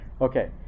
Okay